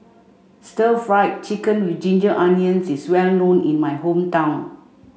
stir fried chicken with ginger onions is well known in my hometown